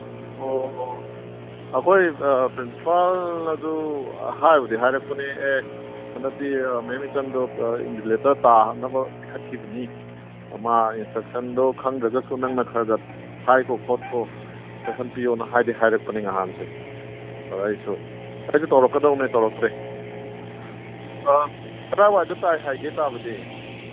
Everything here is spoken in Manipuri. ꯑꯣ ꯑꯩꯈꯣꯏ ꯄ꯭ꯔꯤꯟꯁꯤꯄꯥꯜꯅꯁꯨ ꯍꯥꯏꯕꯨꯗꯤ ꯍꯥꯏꯔꯛꯄꯅꯦ ꯑꯦ ꯍꯟꯗꯛꯇꯤ ꯃꯦꯝ ꯏꯆꯟꯗꯣ ꯏꯟꯚꯤꯖꯦꯂꯦꯇꯔ ꯇꯥꯍꯟꯅꯕ ꯈꯟꯒꯠꯈꯤꯕꯅꯤ ꯃꯥ ꯏꯟꯁꯇ꯭ꯔꯛꯁꯟꯗꯣ ꯈꯪꯗ꯭ꯔꯒꯁꯨ ꯅꯪꯅ ꯈꯔ ꯈꯔ ꯍꯥꯏꯒꯣ ꯈꯣꯠꯈꯣ ꯏꯟꯁꯇ꯭ꯔꯛꯁꯟ ꯄꯤꯌꯣꯅ ꯍꯥꯏꯗꯤ ꯍꯥꯏꯔꯛꯄꯅꯦ ꯅꯍꯥꯟꯁꯦ ꯑꯗ ꯑꯩꯁꯨ ꯑꯩꯁꯨ ꯇꯧꯔꯛꯀꯗꯧꯅꯦ ꯇꯧꯔꯛꯇ꯭ꯔꯦ ꯀꯗꯥꯏꯋꯥꯏꯗ ꯇꯥꯏ ꯍꯥꯏꯒꯦ ꯇꯥꯕꯗꯤ